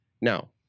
Now